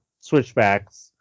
switchbacks